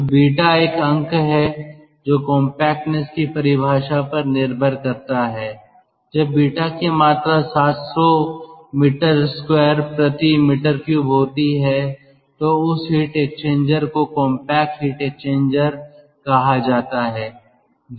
तो β एक अंक है जो कॉम्पैक्टनेस की परिभाषा पर निर्भर करता है जब β की मात्रा 700 m2m3 होती है तो उस हीट एक्सचेंजर को कॉम्पैक्ट हीट एक्सचेंजर कहा जाता है